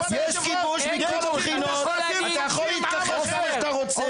יש כיבוש אתה יכול להתכחש כמה